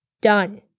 Done